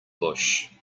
bush